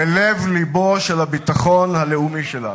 בלב לבו של הביטחון הלאומי שלנו.